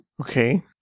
Okay